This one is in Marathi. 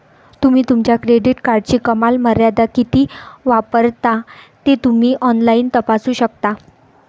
तुम्ही तुमच्या क्रेडिट कार्डची कमाल मर्यादा किती वापरता ते तुम्ही ऑनलाइन तपासू शकता